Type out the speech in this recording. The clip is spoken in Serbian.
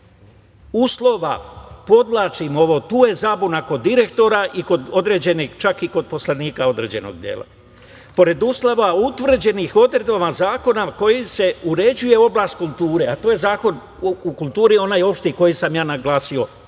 uslova, podvlačim ovom, tu je zabuna, kod direktora i kod određenih, čak i kod poslanika određenog dela, "pored uslova utvrđenih odredbama zakona kojim se uređuje oblast kulture", to je Zakon o kulturi, onaj opšti, koji sam naglasio